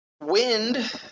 Wind